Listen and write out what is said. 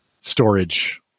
storage